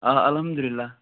آ اَلحمدُاللہ